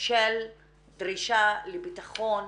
של ביטחון,